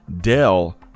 Dell